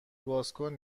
بازکن